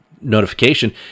notification